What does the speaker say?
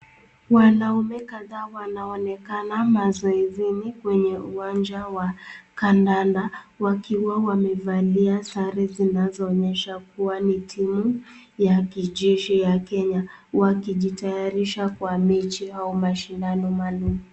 Wanaume kadhaa wanaonekana mazoezini kwenye uwanja kandanda, wakiwa wamevalia sare zinazo onyesha kuwa ni timu ya kijeshi ya Kenya, wakijitayarisha Kwa mechi au mashindano maalum.